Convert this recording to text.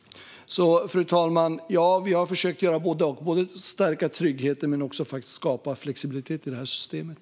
Så, fru talman, vi har försökt göra både och - stärka tryggheten och skapa flexibilitet i systemet.